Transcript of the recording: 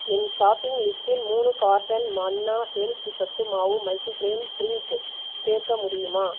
என் shopping லிஸ்டில் மூணு carton Manna health சத்து மாவு மல்டிகிரைன் ட்ரிங்க் சேர்க்க முடியுமா